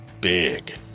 big